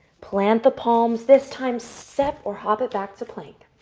plant the palms. this time, step or hobble back to plank.